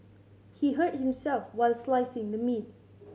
he hurt himself while slicing the meat